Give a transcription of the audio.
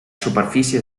superfícies